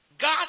God